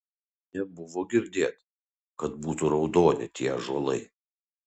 nebuvo girdėt kad būtų raudoni tie ąžuolai